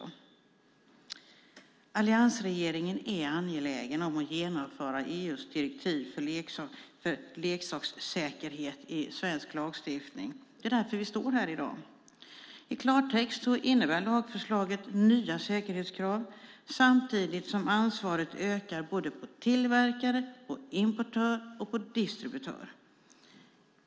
Alliansregeringen är angelägen om att genomföra EU:s direktiv för leksakssäkerhet i svensk lagstiftning. Det är därför vi står här i dag. I klartext innebär lagförslaget nya säkerhetskrav samtidigt som ansvaret ökar på både tillverkare, importör och distributör.